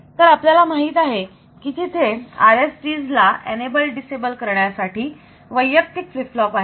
तर आपल्याला माहित आहे की तिथे RSTs ला एनेबल डिसेबल करण्यासाठी स्वतंत्र फ्लीप फ्लॉप आहेत